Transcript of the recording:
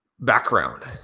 background